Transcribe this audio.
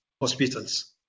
hospitals